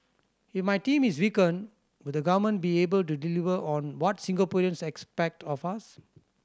if my team is weakened would the government be able to deliver on what Singaporeans expect of us